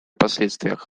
последствиях